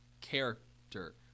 character